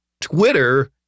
Twitter